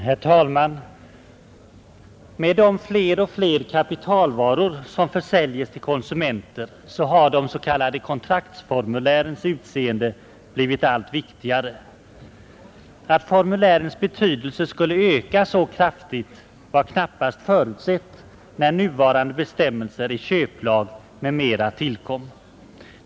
Herr talman! I och med de allt fler kapitalvaror, som försäljes till konsumenter, har de s.k. kontraktsformulärens utseende blivit allt viktigare. Att formulärens betydelse skulle öka så kraftigt var knappast förutsett när nuvarande bestämmelser i köplag m.m. tillkom.